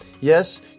Yes